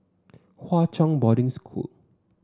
Hwa Chong Boarding School